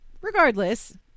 regardless